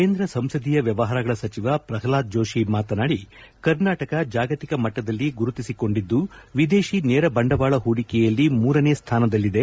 ಕೇಂದ್ರ ಸಂಸದೀಯ ವ್ಯವಹಾರಗಳ ಸಚಿವ ಪ್ರಲ್ಹಾದ್ ಜೋಶಿ ಮಾತನಾಡಿ ಕರ್ನಾಟಕ ಜಾಗತಿಕ ಮಟ್ಟದಲ್ಲಿ ಗುರುತಿಸಿಕೊಂಡಿದ್ದು ವಿದೇಶಿ ನೇರ ಬಂಡವಾಳ ಪೂಡಿಕೆಯಲ್ಲಿ ಮೂರನೇ ಸ್ಥಾನದಲ್ಲಿದೆ